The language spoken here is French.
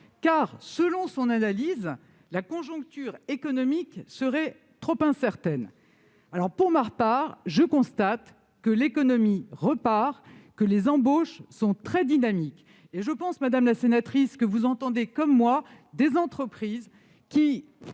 car, selon son analyse, la conjoncture économique serait trop incertaine. Pour ma part, je constate que l'économie repart et que les embauches sont très dynamiques. Je pense, madame la sénatrice, que vous entendez comme moi des chefs d'entreprise qui